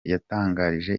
yatangarije